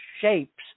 shapes